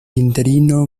interino